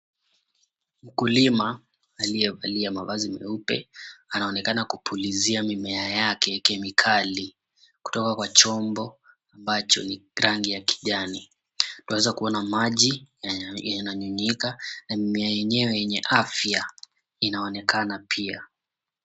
Mkulima aliyevalia mavazi meupe anaonekana kupulizia mimea yake kemikali kutoka kwa chombo ambacho ni rangi ya kijani. Twaweza kuona maji yananyunyika na mimea yenyewe yenye afya inaonekana pia.